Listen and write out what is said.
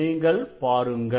நீங்கள் பாருங்கள்